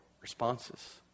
responses